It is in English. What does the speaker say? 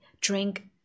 drink